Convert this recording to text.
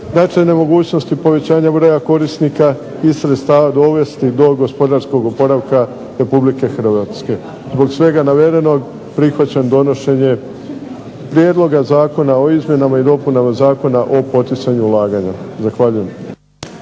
da će nemogućnosti povećanja broja korisnika i sredstava dovesti do gospodarskog oporavka RH. Zbog svega navedenog prihvaćam donošenje prijedloga Zakona o izmjenama i dopunama Zakona o poticanju ulaganja. Zahvaljujem.